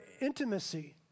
intimacy